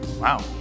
Wow